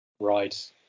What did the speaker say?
Right